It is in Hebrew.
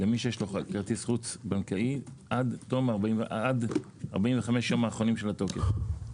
למי שיש לו כרטיס חוץ בנקאי עד 45 יום האחרונים של התוקף.